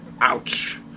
Ouch